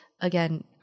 again